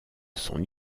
son